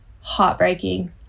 heartbreaking